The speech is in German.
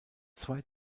zwei